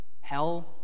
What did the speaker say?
Hell